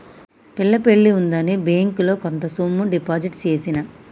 పిల్ల పెళ్లి ఉందని బ్యేంకిలో కొంత సొమ్ము డిపాజిట్ చేసిన